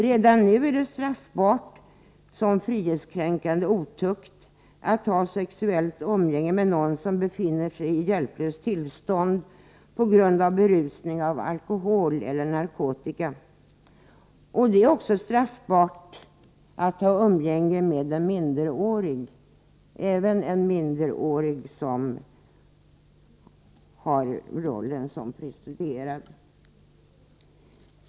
Redan nu är det straffbart som frihetskränkande otukt att ha sexuellt umgänge med någon som befinner sig i hjälplöst tillstånd på grund av berusning av alkohol eller narkotika. Det är också straffbart att ha sexuellt umgänge med en minderårig, även med en minderårig som är prostituerad.